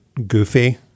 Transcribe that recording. Goofy